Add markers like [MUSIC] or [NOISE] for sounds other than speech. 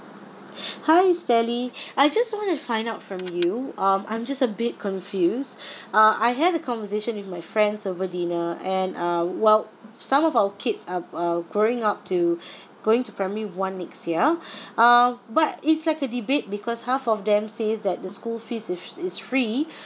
hi sally I just want to find out from you um I'm just a bit confused [BREATH] uh I had a conversation with my friends over dinner and uh well some of our kids are uh growing up to [BREATH] going to primary one next year [BREATH] uh but it's like a debate because half of them says that the school fees is is free